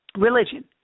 Religion